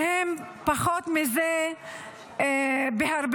שהם פחות מזה בהרבה.